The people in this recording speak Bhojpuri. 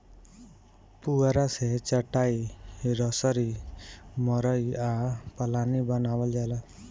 पुआरा से चाटाई, रसरी, मड़ई आ पालानी बानावल जाला